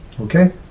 Okay